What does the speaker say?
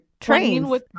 trains